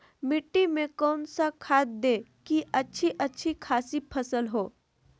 मिट्टी में कौन सा खाद दे की अच्छी अच्छी खासी फसल हो?